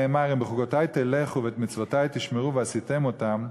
נאמר: "אם בחֻקֹתי תלכו ואת מצותי תשמרו ועשיתם אתם",